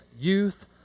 Youth